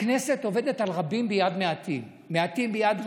הכנסת עובדת על רבים ביד מעטים, מעטים ביד רבים.